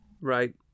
Right